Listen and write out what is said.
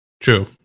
True